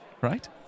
right